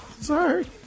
Sorry